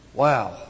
Wow